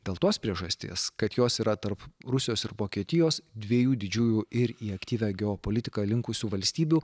dėl tos priežasties kad jos yra tarp rusijos ir vokietijos dviejų didžiųjų ir į aktyvią geopolitiką linkusių valstybių